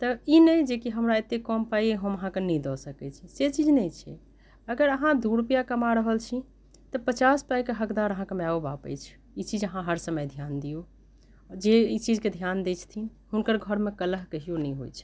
तऽ ई नहि जे हमरा एतेक कम पाइ अछि हम अहाँकेंँ नहि दए सकैत छी से चीज नहि छै अगर अहाँ दू रुपैआ कमा रहल छी तऽ पचास पाइके हकदार अहाँकेँ मायो बाप अछि ई चीज अहाँ हर समय ध्यान दिऔ जे एहि चीजके ध्यान दै छथिन हुनकर घरमे कल्लह कहिओ नहि होइत छै